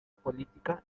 política